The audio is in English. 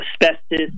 asbestos